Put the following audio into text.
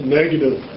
negative